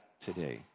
today